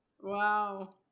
Wow